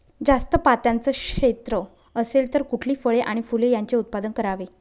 जास्त पात्याचं क्षेत्र असेल तर कुठली फळे आणि फूले यांचे उत्पादन करावे?